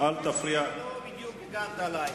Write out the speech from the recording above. לא בדיוק הגנת עלי.